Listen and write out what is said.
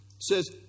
says